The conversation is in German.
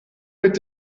mit